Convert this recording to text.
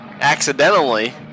accidentally